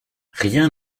rien